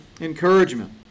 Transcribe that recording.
encouragement